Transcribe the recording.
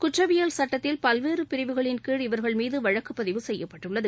குற்றவியல் சட்டத்தில் பல்வேறு பரிவிகளின்கீழ் இவர்கள் மீது வழக்கு பதிவு செய்யப்பட்டுள்ளது